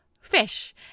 fish